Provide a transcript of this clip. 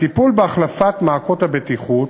הטיפול בהחלפת מעקות הבטיחות